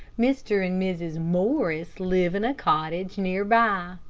mr. and mrs. morris live in a cottage near by.